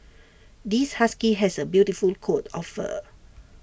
this husky has A beautiful coat of fur